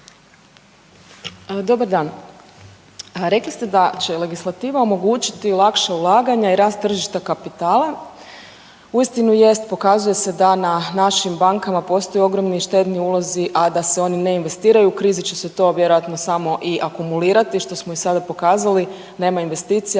Dobar dan. Rekli ste da će legislativa omogućiti lakše ulaganja i rast tržišta kapitala, uistinu jest pokazuje se da na našim bankama postoji ogromni štedni ulozi, a da se oni ne investiraju u krizi će se to vjerojatno samo i akumulirati što smo i sada pokazali, nema investicije,